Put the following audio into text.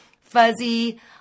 fuzzy